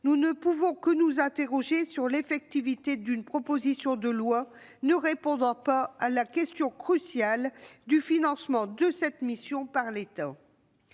nous ne pouvons que nous interroger sur l'effectivité d'une proposition de loi ne répondant pas à la question cruciale du financement de cette mission par l'État,